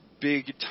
big